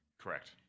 Correct